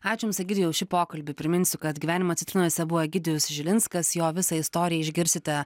aš jums egidijau už šį pokalbį priminsiu kad gyvenimo citrinose buvo egidijus žilinskas jo visą istoriją išgirsite